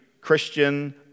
Christian